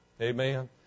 Amen